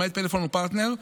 למעט פלאפון ופרטנר,